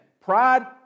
pride